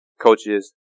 coaches